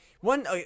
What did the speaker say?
one